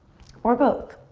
or both.